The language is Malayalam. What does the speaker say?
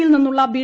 യിൽ നിന്നുള്ള ബി